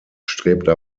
strebte